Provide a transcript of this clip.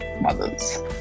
mothers